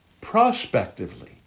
prospectively